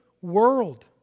world